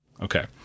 Okay